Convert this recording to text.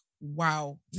Wow